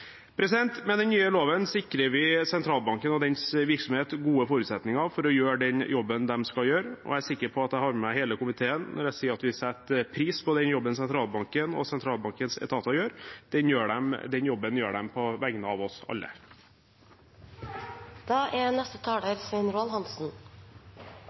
Med den nye loven sikrer vi sentralbanken og dens virksomhet gode forutsetninger for å gjøre den jobben de skal gjøre, og jeg er sikker på at jeg har med meg hele komiteen når jeg sier at vi setter pris på den jobben sentralbanken og sentralbankens etater gjør. Den jobben gjør de på vegne av oss alle. Det er,